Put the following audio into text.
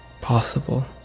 possible